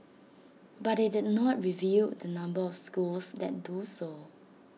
but IT did not reveal the number of schools that do so